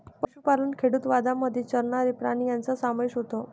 पशुपालन खेडूतवादामध्ये चरणारे प्राणी यांचा समावेश होतो